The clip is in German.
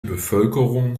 bevölkerung